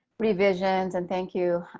revisions and. thank you,